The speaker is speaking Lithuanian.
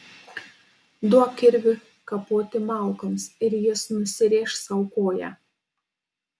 duok kirvį kapoti malkoms ir jis nusirėš sau koją